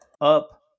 up